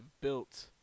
built